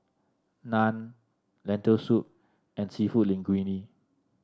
Naan Lentil Soup and seafood Linguine